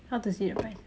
how to see the price